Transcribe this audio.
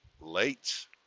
Late